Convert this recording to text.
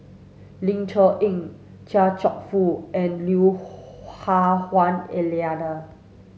Ling Cher Eng Chia Cheong Fook and Lui Hah Wah Elena